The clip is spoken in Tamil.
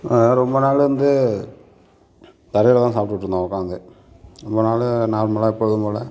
ரொம்ப நாள் வந்து தரையில் தான் சாப்பிட்டுட்ருந்தோம் உக்காந்து ரொம்ப நாள் நார்மலாக எப்போதும் போல்